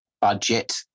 budget